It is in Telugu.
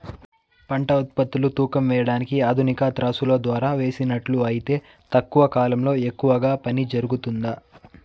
పంట ఉత్పత్తులు తూకం వేయడానికి ఆధునిక త్రాసులో ద్వారా వేసినట్లు అయితే తక్కువ కాలంలో ఎక్కువగా పని జరుగుతుందా?